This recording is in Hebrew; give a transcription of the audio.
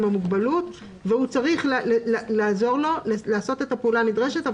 המוגבלות והוא צריך לעזור לו לעשות את הפעולה הנדרשת.